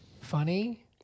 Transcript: funny